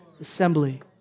assembly